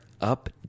up